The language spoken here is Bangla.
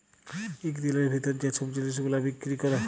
ইক দিলের ভিতরে যে ছব জিলিস গুলা বিক্কিরি ক্যরে